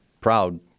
proud